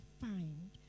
find